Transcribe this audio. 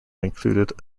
included